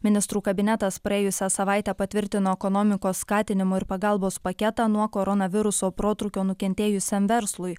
ministrų kabinetas praėjusią savaitę patvirtino ekonomikos skatinimo ir pagalbos paketą nuo koronaviruso protrūkio nukentėjusiam verslui